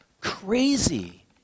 crazy